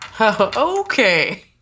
Okay